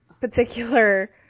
particular